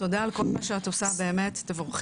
תודה על כל מה שאת עושה, באמת תבורכי.